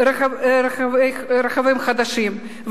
רכבים חדשים,